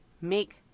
make